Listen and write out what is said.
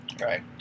right